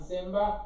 Simba